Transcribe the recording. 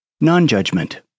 Non-judgment